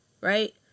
right